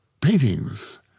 paintings